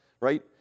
right